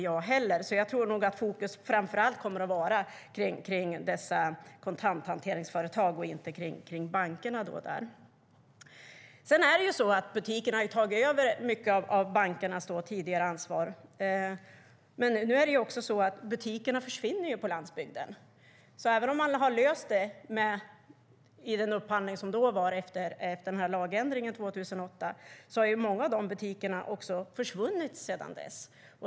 Jag tror att fokus framför allt kommer att vara på dessa kontanthanteringsföretag och inte på bankerna. Butikerna har ju tagit över mycket av bankernas tidigare ansvar, men nu försvinner ju butikerna på landsbygden. Även om man har löst det i upphandlingen som var efter lagändringen 2008 har många av butikerna försvunnit sedan dess.